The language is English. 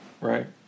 Right